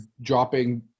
dropping